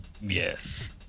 Yes